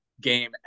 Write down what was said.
game